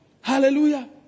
Hallelujah